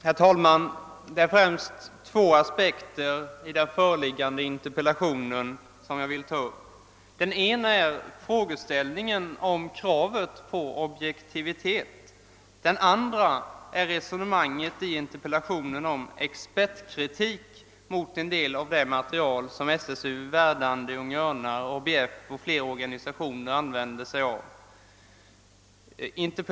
Herr talman! Jag vill främst ta upp två punkter i den föreliggande inter: pellationen. Den ena är frågeställningen om kravet på objektivitet. Den andra är resonemanget i interpellationen om expertkritik mot en del av det material som SSU, Verdandi, Unga Örnar, ABF m.fl. organisationer använder sig av.